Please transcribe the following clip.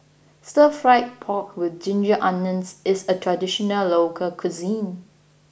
Stir Fried Pork with Ginger Onions is a traditional local cuisine